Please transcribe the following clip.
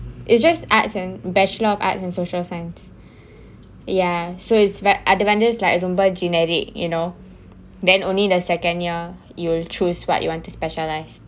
it's just arts and bachelor of arts and social science ya so it's அது வந்து:athu vanthu like super generic you know then only the second year you will choose what you want to specialise